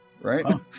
Right